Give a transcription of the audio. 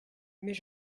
mais